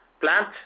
plant